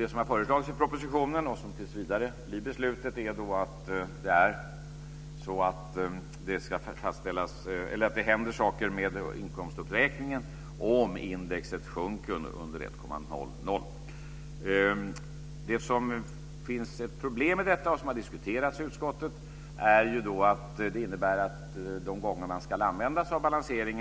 Det som har föreslagits i propositionen och som tills vidare blir beslutet är att det ska hända saker med inkomstuppräkningen om indexet sjunker under 1,00. Det finns ett problem med detta som har diskuterats i utskottet. Det innebär nämligen